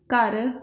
ਘਰ